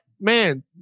Man